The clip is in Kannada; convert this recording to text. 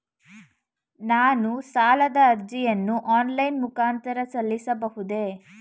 ನಾನು ಸಾಲದ ಅರ್ಜಿಯನ್ನು ಆನ್ಲೈನ್ ಮುಖಾಂತರ ಸಲ್ಲಿಸಬಹುದೇ?